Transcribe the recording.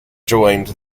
joined